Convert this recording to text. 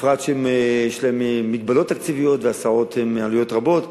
כי יש להן מגבלות תקציביות ועלויות רבות.